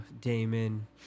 Damon